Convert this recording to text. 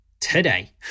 today